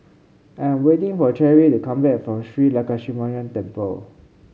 I'm waiting for Cherrie to come back from Shree Lakshminarayanan Temple